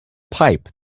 pipe